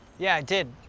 yeah, i did.